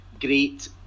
great